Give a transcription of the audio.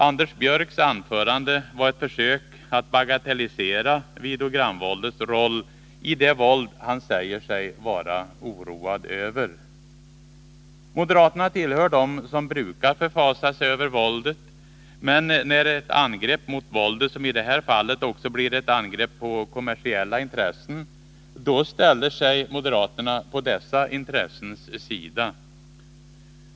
Anders Björcks anförande var ett försök att bagatellisera videogramvåldets roll i det våld han säger sig vara oroad över. Moderaterna hör till dem som brukar förfasa sig över våldet, men när ett angrepp mot våldet, som i det här fallet, också blir ett angrepp på kommersiella intressen, då ställer sig moderaterna på dessa intressens sida.